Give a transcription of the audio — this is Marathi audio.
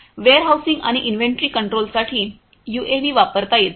वेअरहाउसिंग आणि इन्व्हेंटरी कंट्रोलसाठी यूएव्ही वापरता येतील